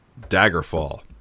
Daggerfall